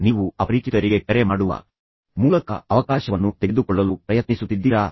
ಆದ್ದರಿಂದ ನೀವು ಅಪರಿಚಿತರಿಗೆ ಕರೆ ಮಾಡುವ ಮೂಲಕ ಅವಕಾಶವನ್ನು ತೆಗೆದುಕೊಳ್ಳಲು ಪ್ರಯತ್ನಿಸುತ್ತಿದ್ದೀರಾ